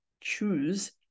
choose